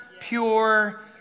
pure